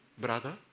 brother